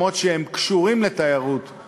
יש להן שם יש זכות לעבוד עד גיל 67,